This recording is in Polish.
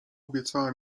obiecała